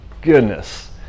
goodness